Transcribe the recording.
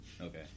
Okay